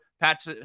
pat